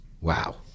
Wow